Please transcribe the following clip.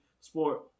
sport